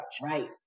right